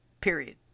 Period